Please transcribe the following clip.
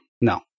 no